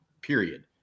period